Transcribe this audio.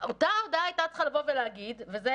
אותה הודעה הייתה צריכה לבוא ולהגיד ואני